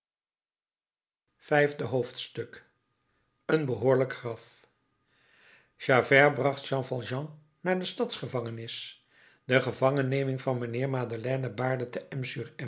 vijfde hoofdstuk een behoorlijk graf javert bracht jean valjean naar de stadsgevangenis de gevangenneming van mijnheer madeleine baarde te